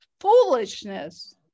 foolishness